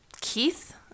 Keith